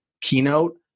keynote